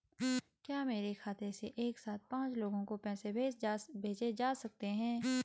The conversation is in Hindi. क्या मेरे खाते से एक साथ पांच लोगों को पैसे भेजे जा सकते हैं?